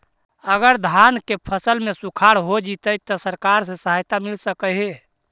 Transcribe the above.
अगर धान के फ़सल में सुखाड़ होजितै त सरकार से सहायता मिल सके हे?